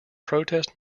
protest